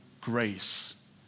grace